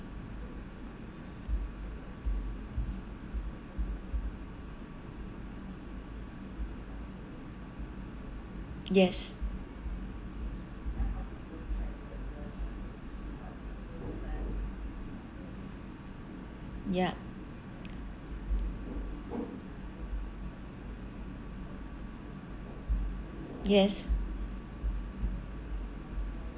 yes ya yes